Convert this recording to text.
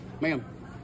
Ma'am